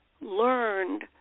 learned